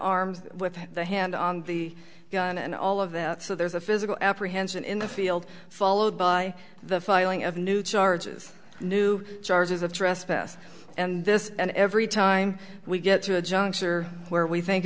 arms with the hand on the gun and all of that so there's a physical apprehension in the field followed by the filing of new charges new charges of trespass and this and every time we get to a juncture where we think